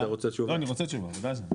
סגן שר החקלאות ופיתוח הכפר משה אבוטבול: